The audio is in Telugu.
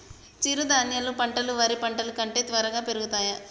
చిరుధాన్యాలు పంటలు వరి పంటలు కంటే త్వరగా పెరుగుతయా?